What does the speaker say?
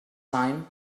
time